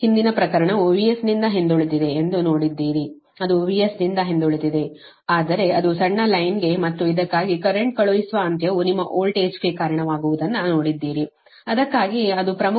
ಹಿಂದಿನ ಪ್ರಕರಣವು VS ನಿಂದ ಹಿಂದುಳಿದಿದೆ ಎಂದು ನೋಡಿದ್ದೀರಿ ಅದು VS ನಿಂದ ಹಿಂದುಳಿದಿದೆ ಆದರೆ ಅದು ಸಣ್ಣ ಲೈನ್ ಗೆ ಮತ್ತು ಇದಕ್ಕಾಗಿ ಕರೆಂಟ್ ಕಳುಹಿಸುವ ಅಂತ್ಯವು ನಿಮ್ಮ ವೋಲ್ಟೇಜ್ಗೆ ಕಾರಣವಾಗುವುದನ್ನು ನೋಡಿದ್ದೀರಿ ಅದಕ್ಕಾಗಿಯೇ ಅದು ಪ್ರಮುಖ ವಿದ್ಯುತ್ ಅಂಶ 0